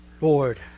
Lord